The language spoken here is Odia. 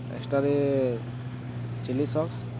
ଏକ୍ସଟ୍ରାରେ ଚିଲ୍ଲି ସସ୍